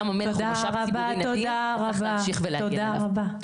ים המלח הוא משאב ציבורי וצריך להמשיך ולהגן עליו.